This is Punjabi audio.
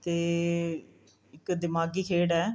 ਅਤੇ ਇੱਕ ਦਿਮਾਗੀ ਖੇਡ ਹੈ